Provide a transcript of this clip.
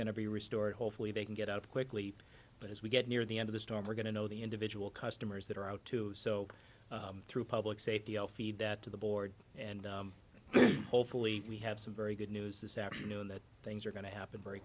going to be restored hopefully they can get out quickly but as we get near the end of the storm we're going to know the individual customers that are out to so through public safety all feed that to the board and hopefully we have some very good news this afternoon that things are going to happen very